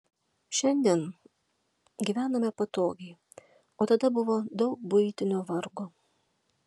šiandien gyvename patogiai o tada buvo daug buitinio vargo